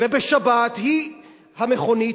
ובשבת המכונית,